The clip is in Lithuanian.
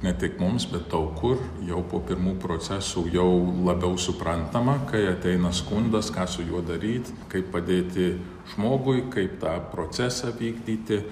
ne tik mums bet daug kur jau po pirmų procesų jau labiau suprantama kai ateina skundas ką su juo daryt kaip padėti žmogui kaip tą procesą vykdyti